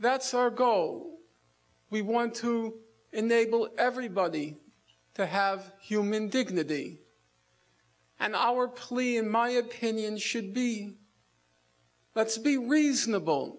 that's our goal we want to enable everybody to have human dignity and our plea in my opinion should be let's be reasonable